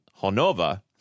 Honova